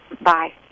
Bye